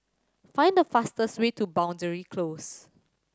find the fastest way to Boundary Close